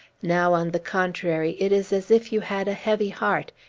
now, on the contrary, it is as if you had a heavy heart,